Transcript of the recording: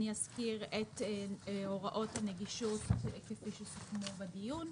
אני אזכיר את הוראות נגישותכפי שסוכמו בדיון,